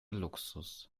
luxus